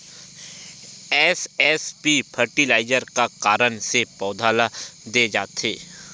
SSP fertiliser का कारण से पौधा ल दे जाथे?